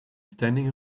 standing